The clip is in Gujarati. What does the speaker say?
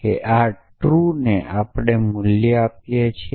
કે આ ટ્રૂને આપણે મૂલ્ય આપીએ છીએ